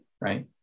Right